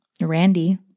Randy